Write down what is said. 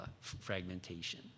fragmentation